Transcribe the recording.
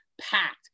Packed